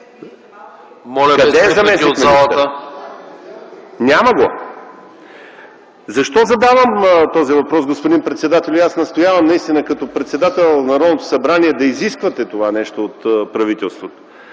Моля без реплики от залата.